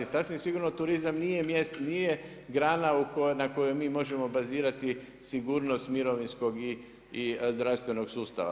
Sasvim sigurno turizam nije mjesto, nije grana na kojoj mi možemo bazirati sigurnost mirovinskog i zdravstvenog sustava.